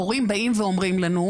הורים באים ואומרים לנו,